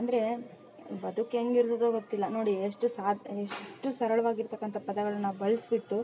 ಅಂದರೆ ಬದುಕು ಹೆಂಗೆ ಇರ್ತತೋ ಗೊತ್ತಿಲ್ಲ ನೋಡಿ ಎಷ್ಟು ಸಾ ಎಷ್ಟು ಸರಳವಾಗಿ ಇರ್ತಕ್ಕಂಥ ಪದಗಳನ್ನು ನಾವು ಬಳ್ಸಿಬಿಟ್ಟು